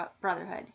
Brotherhood